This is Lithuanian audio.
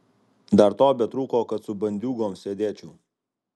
dar to betrūko kad su bandiūgom sėdėčiau